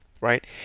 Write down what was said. right